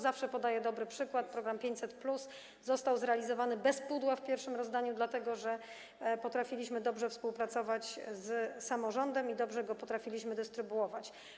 Zawsze podaję ten dobry przykład: program 500+ został zrealizowany bez pudła w pierwszym rozdaniu, dlatego że potrafiliśmy dobrze współpracować z samorządem i dobrze go potrafiliśmy dystrybuować.